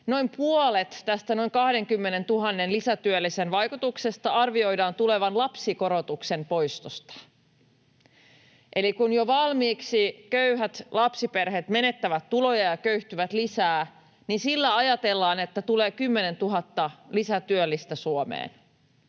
Noin puolen noin 20 000 lisätyöllisen vaikutuksesta arvioidaan tulevan lapsikorotuksen poistosta. Eli kun jo valmiiksi köyhät lapsiperheet menettävät tuloja ja köyhtyvät lisää, niin ajatellaan, että sillä tulee 10 000 lisätyöllistä Suomeen.